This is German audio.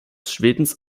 schwedens